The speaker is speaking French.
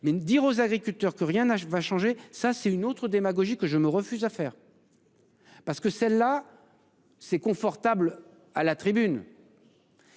mais le dire aux agriculteurs que rien n'a va changer, ça c'est une autre démagogique que je me refuse à faire. Parce que celle-là. C'est confortable à la tribune.